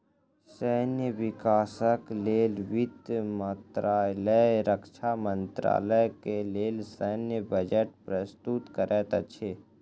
सैन्य विकासक लेल वित्त मंत्रालय रक्षा मंत्रालय के लेल सैन्य बजट प्रस्तुत करैत अछि